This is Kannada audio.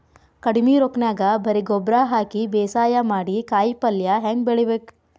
ಕಡಿಮಿ ರೊಕ್ಕನ್ಯಾಗ ಬರೇ ಗೊಬ್ಬರ ಹಾಕಿ ಬೇಸಾಯ ಮಾಡಿ, ಕಾಯಿಪಲ್ಯ ಹ್ಯಾಂಗ್ ಬೆಳಿಬೇಕ್?